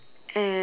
ya